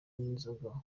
n’inzoga